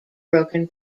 broken